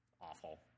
awful